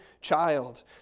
child